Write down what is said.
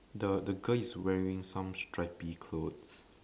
the the girl is wearing some stripy clothes